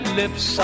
lips